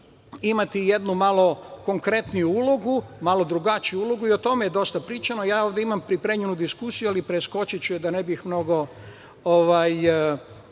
imati jednu konkretniju ulogu, malo drugačiju ulogu. O tome je dosta pričano. Imam pripremljenu diskusiju, ali preskočiću je da ne bi mnogo